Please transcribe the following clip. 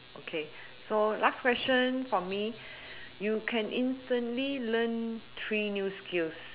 okay so last question from me you can instantly learn three new skills